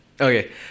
Okay